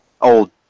old